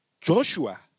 Joshua